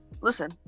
listen